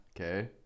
Okay